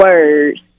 words